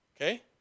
Okay